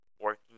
working